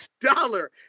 dollar